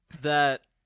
that-